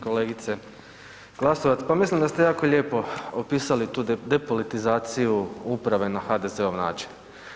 Kolegice Glasovac, pa mislim da ste jako lijepo opisali tu depolitizaciju uprave na HDZ-ov način.